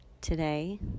today